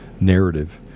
narrative